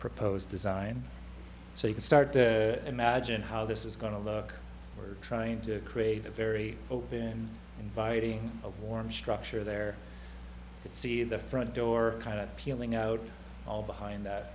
proposed design so you can start to imagine how this is going to look we're trying to create a very open in inviting of warm structure there that see the front door kind of peeling out all behind that